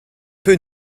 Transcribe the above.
peu